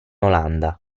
olanda